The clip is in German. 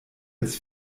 als